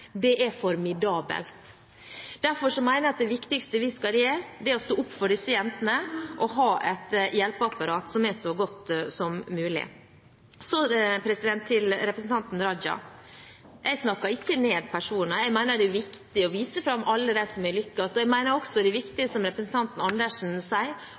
alene, er formidabelt. Derfor mener jeg det viktigste vi kan gjøre, er å stå opp for disse jentene og ha et hjelpeapparat som er så godt som mulig. Så til representanten Raja. Jeg snakker ikke ned personer. Jeg mener det er viktig å vise fram alle dem som har lyktes, og jeg mener også det er viktig, som representanten Andersen sier,